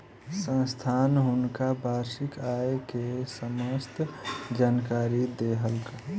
संस्थान हुनका वार्षिक आय के समस्त जानकारी देलक